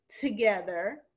together